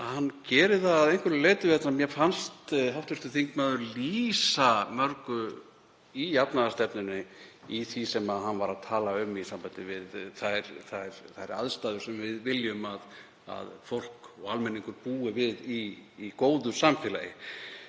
hann geri það að einhverju leyti. Mér fannst hv. þingmaður lýsa mörgu í jafnaðarstefnunni í því sem hann var að tala um í sambandi við þær aðstæður sem við viljum að fólk og almenningur búi við í góðu samfélagi.